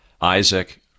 Isaac